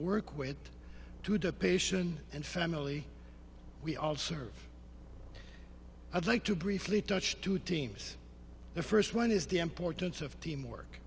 work with to the patients and family we all serve i'd like to briefly touch two teams the first one is the importance of teamwork